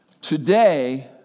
Today